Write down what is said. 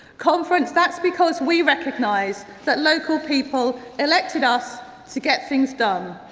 conference, that's because we recognise that local people elected us to get things done.